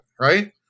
right